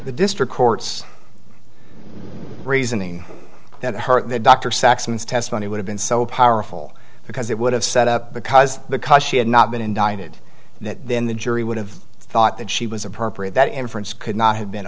the district court's reasoning that her dr saxon's testimony would have been so powerful because it would have set up because because she had not been indicted then the jury would have thought that she was appropriate that inference could not have been